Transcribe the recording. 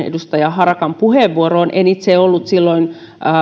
edustaja harakan puheenvuoroon en itse ollut